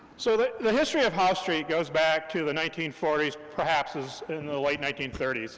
so the the history of house street goes back to the nineteen forty s, perhaps as, in the late nineteen thirty s.